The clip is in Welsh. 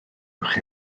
uwch